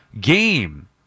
game